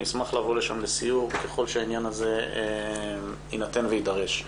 אני אשמח לבוא לשם לסיור ככל שהעניין הזה יינתן ויידרש.